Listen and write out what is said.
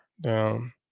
down